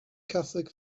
catholic